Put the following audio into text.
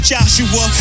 Joshua